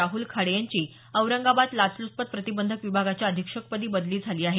राहुल खाडे यांची औरंगाबाद लाचल्चपत प्रतिबंधक विभागाच्या अधीक्षकपदी बदली झाली आहे